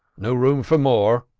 no room for more!